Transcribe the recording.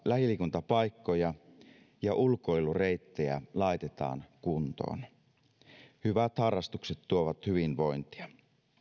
lähiliikuntapaikkoja ja ulkoilureittejä laitetaan kuntoon hyvät harrastukset tuovat hyvinvointia